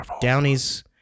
Downey's